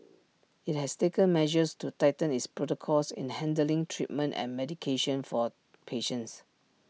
IT has taken measures to tighten its protocols in handling treatment and medication for patients